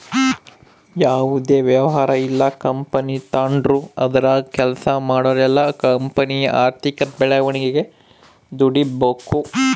ಯಾವುದೇ ವ್ಯವಹಾರ ಇಲ್ಲ ಕಂಪನಿ ತಾಂಡ್ರು ಅದರಾಗ ಕೆಲ್ಸ ಮಾಡೋರೆಲ್ಲ ಕಂಪನಿಯ ಆರ್ಥಿಕ ಬೆಳವಣಿಗೆಗೆ ದುಡಿಬಕು